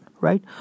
right